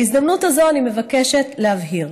בהזדמנות הזאת, אני מבקשת להבהיר: